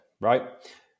right